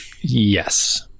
Yes